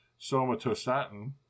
somatostatin